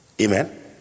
Amen